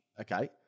Okay